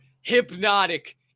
hypnotic